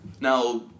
Now